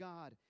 God